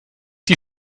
die